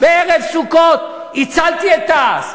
בערב סוכות הצלתי את תע"ש.